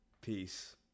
Peace